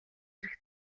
эрх